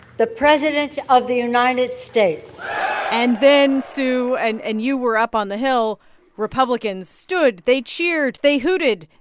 the president of the united states and then, sue and and you were up on the hill republicans stood. they cheered. they hooted.